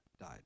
died